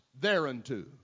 thereunto